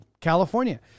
California